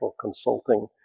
consulting